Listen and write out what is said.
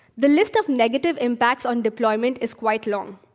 the lists of negative impacts on deployment is quite long,